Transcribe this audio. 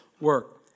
work